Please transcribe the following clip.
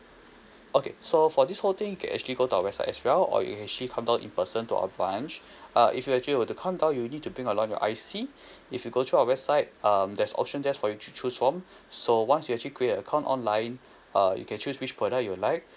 okay so for this whole thing you can actually go to our website as well or you can actually come down in person to our branch uh if you actually were to come down you'll need to bring along your I_C if you go through our website um there's option there's for you to choose from so once you actually create an account online uh you can choose which product you'd like